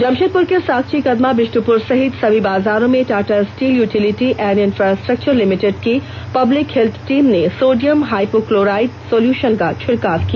जमषेदपुर के साकची कदमा बिष्टुपुर सहित सभी बाजारों में Tata steel utility and infrastructure limited की पब्लिक हेल्थ टीम ने सोडियम हाइपोक्लाराइड सोल्यूषन का छिड़काव किया